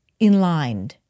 inlined